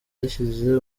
yashyize